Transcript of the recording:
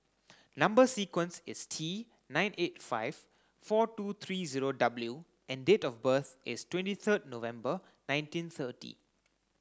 number sequence is T nine eight five four two three zero W and date of birth is twenty third November nineteen thirty